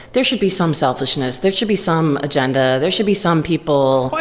there should be some selfishness, there should be some agenda, there should be some people